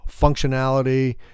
functionality